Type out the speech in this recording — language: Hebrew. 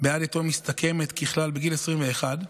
בעד יתום מסיימת ככלל בגיל 21,